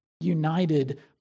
united